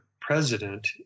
president